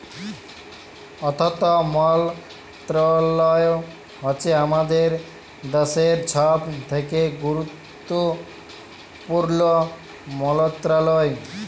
অথ্থ মলত্রলালয় হছে আমাদের দ্যাশের ছব থ্যাকে গুরুত্তপুর্ল মলত্রলালয়